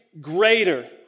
greater